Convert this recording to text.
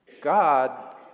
God